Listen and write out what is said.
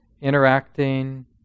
interacting